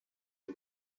the